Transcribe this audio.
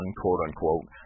quote-unquote